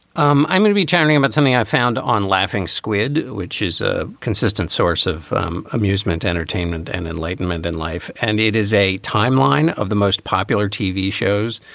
um i'm gonna be chatting about something i found on laughing squid, which is a consistent source of amusement, entertainment and enlightenment in life. and it is a timeline of the most popular tv shows